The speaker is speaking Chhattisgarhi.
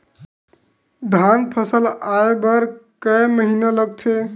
धान फसल आय बर कय महिना लगथे?